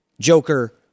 Joker